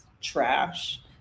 trash